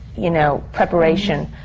you know, preparation.